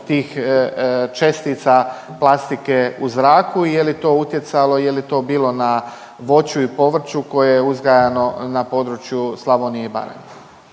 tih čestica plastike u zraku i je li to utjecalo, je li to bilo na voću i povrću koje je uzgajano na području Slavonije i Baranje.